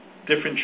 different